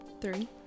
Three